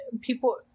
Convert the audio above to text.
people